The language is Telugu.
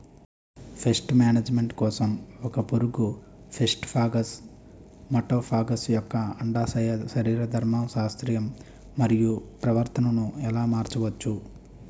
పేస్ట్ మేనేజ్మెంట్ కోసం ఒక పురుగు ఫైటోఫాగస్హె మటోఫాగస్ యెక్క అండాశయ శరీరధర్మ శాస్త్రం మరియు ప్రవర్తనను ఎలా మార్చచ్చు?